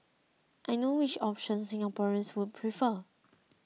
I know which option Singaporeans would prefer